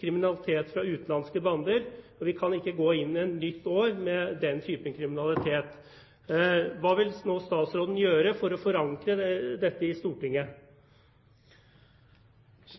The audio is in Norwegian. kriminalitet fra utenlandske bander, og vi kan ikke gå inn i et nytt år med den type kriminalitet. Hva vil statsråden nå gjøre for å forankre dette i Stortinget?